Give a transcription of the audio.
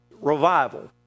revival